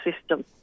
system